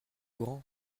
grand